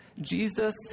Jesus